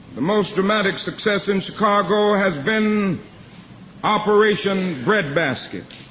the most dramatic success in chicago has been operation breadbasket.